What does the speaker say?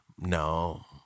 no